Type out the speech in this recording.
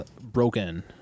broken